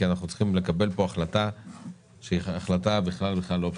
כי אנחנו צריכים לקבל פה החלטה שהיא החלטה בכלל בכלל לא פשוטה.